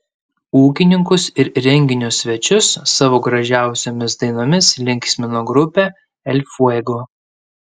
ūkininkus ir renginio svečius savo gražiausiomis dainomis linksmino grupė el fuego